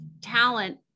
talent